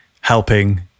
helping